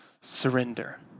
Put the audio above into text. surrender